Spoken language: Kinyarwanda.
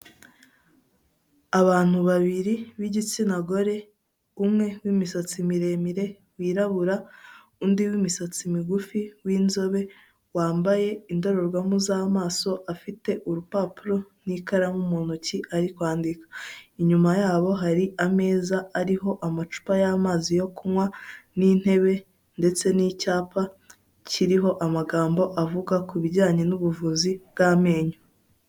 Abantu babiri b'igitsina gore umwe w'imisatsi miremire wirabura undi w'imisatsi migufi w'inzobe wambaye indorerwamo z'amaso afite urupapuro n'ikaramu mu ntoki ari kwandika, inyuma yabo hari ameza ariho amacupa y'amazi yo kunywa n'intebe ndetse n'icyapa kiriho amagambo avuga ku bijyanye n'ubuvuzi bw'amenyo.